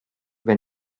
when